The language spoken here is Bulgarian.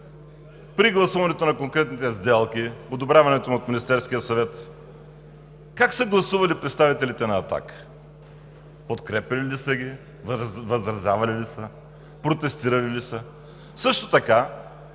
при гласуването на конкретните сделки, одобряването им от Министерския съвет, как са гласували представителите на „Атака“ – подкрепяли ли са ги, възразявали ли са, протестирали ли са? Също така